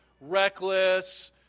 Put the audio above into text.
reckless